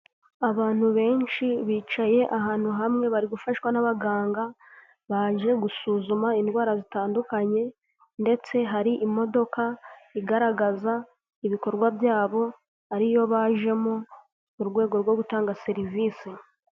Abantu benshi bicaye hamwe ahantu hamwe bari gufashwa n'abaganga baje gusuzuma indwara zitandukanye ndetse hari imodoka igaragaza ibikorwa byabo ariyo bajemo mu rwego rwo gutanga serivise.